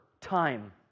time